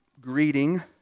greeting